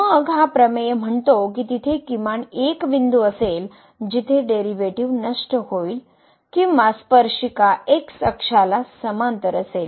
मग हा प्रमेय म्हणतो की तेथे किमान एक बिंदू असेल जिथे डेरिव्हेटिव्ह नष्ट होईल किंवा स्पर्शिका एक्स अक्षाला समांतर असेल